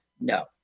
No